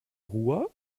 ruhr